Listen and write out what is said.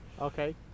Okay